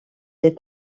des